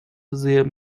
their